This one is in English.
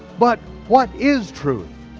but what is truth?